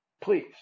Please